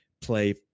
play